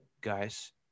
Guys